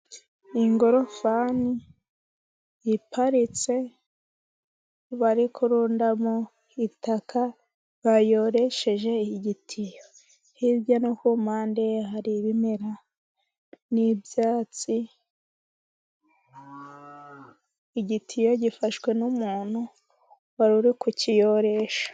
Ingorofani iparitse barikurundamo itaka bayoresheje igitiyo, hirya no kumpande hari ibimera n'ibyatsi, igitiyo gifashwe n'umuntu wari uri kukiyoresha.